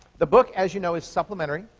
the book, as you know, is supplementary.